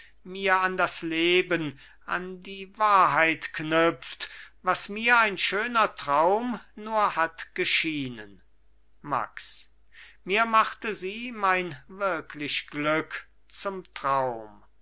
mir an das leben an die wahrheit knüpft was mir ein schöner traum nur hat geschienen max mir machte sie mein wirklich glück zum traum